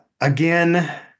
again